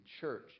church